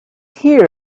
here